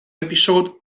episode